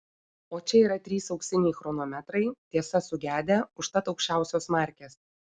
o čia yra trys auksiniai chronometrai tiesa sugedę užtat aukščiausios markės